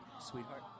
sweetheart